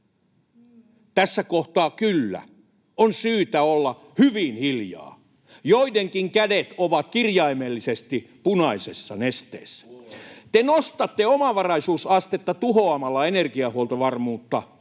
Tässä kohtaa, kyllä, on syytä olla hyvin hiljaa. Joidenkin kädet ovat kirjaimellisesti punaisessa nesteessä. Te nostatte omavaraisuusastetta tuhoamalla energiahuoltovarmuutta,